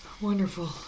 Wonderful